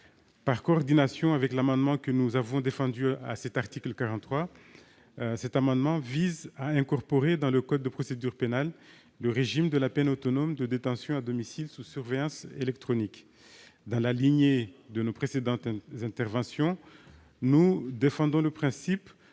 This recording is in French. Par coordination avec l'amendement que nous avons défendu à ce dernier article, cet amendement vise à incorporer, dans le code de procédure pénale, le régime de la peine autonome de détention à domicile sous surveillance électronique. Dans la lignée de nos précédentes interventions, nous défendons le principe